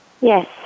Yes